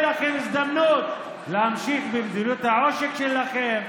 לכם הזדמנות להמשיך במדיניות העושק שלכם